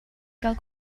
gael